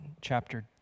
chapter